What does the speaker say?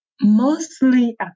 Mostly